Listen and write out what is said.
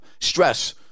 stress